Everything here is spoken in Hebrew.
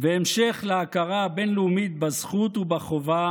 והמשך להכרה הבין-לאומית בזכות ובחובה